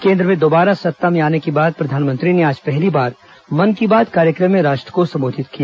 केंद्र में दोबारा सत्ता में आने के बाद प्रधानमंत्री ने आज पहली बार मन की बात कार्यक्रम में राष्ट्र को संबोधित किया